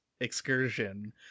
excursion